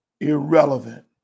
irrelevant